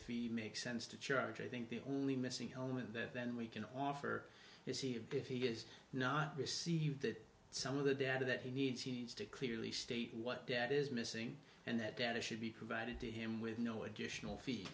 feed makes sense to charge i think the only missing element that then we can offer is he if he has not received some of the data that he needs he needs to clearly state what debt is missing and that data should be provided to him with no additional fee